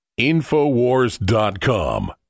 InfoWars.com